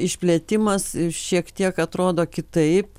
išplėtimas šiek tiek atrodo kitaip